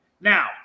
Now